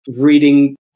reading